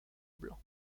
blanc